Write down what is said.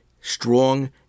strong